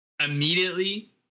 immediately